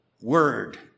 word